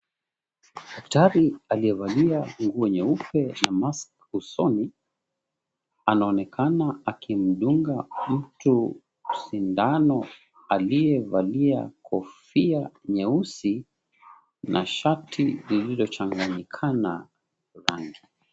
Daktari aliyevalia nguo nyeupe na maski usoni anaonekana akimdunga mtu sindano aliyevalia kofia nyeusi na shati lililochanganyikana rangi.